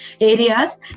areas